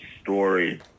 story